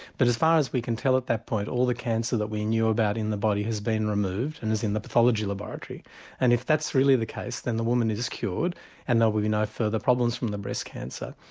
but as far as we can tell at that point all the cancer that we knew about in the body has been removed and is in the pathology laboratory and if that's really the case then the woman is cured and there will be no further problems from the breast cancer.